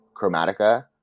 Chromatica